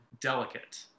delicate